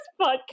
podcast